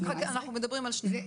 אנחנו מדברים על שניהם.